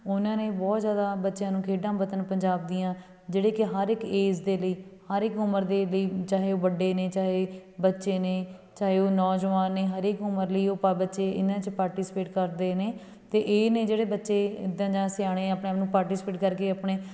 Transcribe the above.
ਉਹਨਾਂ ਨੇ ਬਹੁਤ ਜ਼ਿਆਦਾ ਬੱਚਿਆਂ ਨੂੰ ਖੇਡਾਂ ਵਤਨ ਪੰਜਾਬ ਦੀਆਂ ਜਿਹੜੇ ਕਿ ਹਰ ਇੱਕ ਏਜ਼ ਦੇ ਲਈ ਹਰ ਇੱਕ ਉਮਰ ਦੇ ਲਈ ਚਾਹੇ ਉਹ ਵੱਡੇ ਨੇ ਚਾਹੇ ਬੱਚੇ ਨੇ ਚਾਹੇ ਉਹ ਨੌਜਵਾਨ ਨੇ ਹਰ ਇੱਕ ਉਮਰ ਲਈ ਉਹ ਪ ਬੱਚੇ ਇਹਨਾਂ 'ਚ ਪਾਰਟੀਸਪੇਟ ਕਰਦੇ ਨੇ ਅਤੇ ਇਹ ਨੇ ਜਿਹੜੇ ਬੱਚੇ ਇੱਦਾਂ ਜਾਂ ਸਿਆਣੇ ਆਪਣੇ ਆਪ ਨੂੰ ਪਾਰਟੀਸਪੇਟ ਕਰਕੇ ਆਪਣੇ